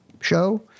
show